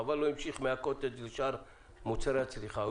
חבל שהוא לא המשיך מהקוטג' לשאר מוצרי הצריכה.